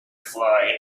fluttered